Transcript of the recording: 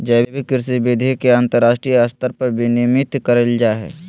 जैविक कृषि विधि के अंतरराष्ट्रीय स्तर पर विनियमित कैल जा हइ